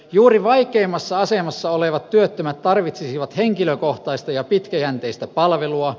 juuri vaikeimmassa asemassa olevat työttömät tarvitsisivat henkilökohtaista ja pitkäjänteistä palvelua